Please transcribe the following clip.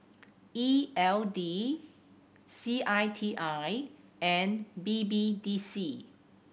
E L D C I T I and B B D C